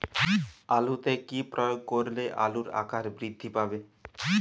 আলুতে কি প্রয়োগ করলে আলুর আকার বৃদ্ধি পাবে?